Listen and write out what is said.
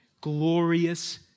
glorious